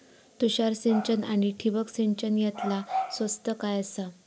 तुषार सिंचन आनी ठिबक सिंचन यातला स्वस्त काय आसा?